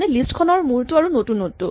মানে লিষ্ট খনৰ মূৰটো আৰু নতুন নড টো